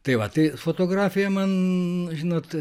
tai va tai fotografija man žinot